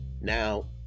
Now